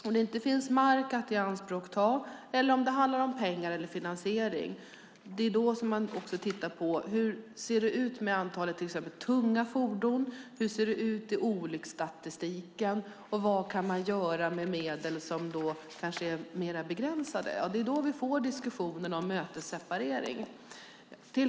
Om det inte finns mark att ta i anspråk eller om det handlar om finansiering tittar man på hur det ser ut med antalet tunga fordon, hur olycksstatistiken ser ut och hur man kan göra med mer begränsade medel. Då får vi en diskussion om mötesseparering.